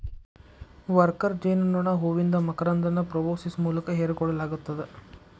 worker ಜೇನನೋಣ ಹೂವಿಂದ ಮಕರಂದನ ಪ್ರೋಬೋಸಿಸ್ ಮೂಲಕ ಹೇರಿಕೋಳ್ಳಲಾಗತ್ತದ